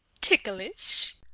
ticklish